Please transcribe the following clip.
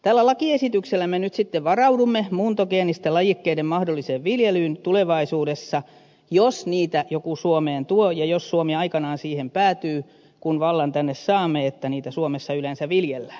tällä lakiesityksellä me nyt sitten varaudumme muuntogeenisten lajikkeiden mahdolliseen viljelyyn tulevaisuudessa jos niitä joku suomeen tuo ja jos suomi aikanaan siihen päätyy kun vallan tänne saamme että niitä suomessa yleensä viljellään